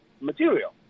material